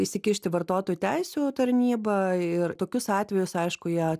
įsikišti vartotojų teisių tarnyba ir tokius atvejus aišku jie